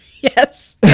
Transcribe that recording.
Yes